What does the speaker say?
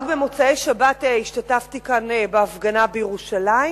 במוצאי שבת השתתפתי בהפגנה בירושלים